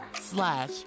slash